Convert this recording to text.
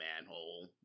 manhole